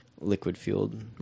liquid-fueled